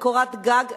לקורת גג,